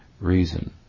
reason